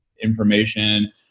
information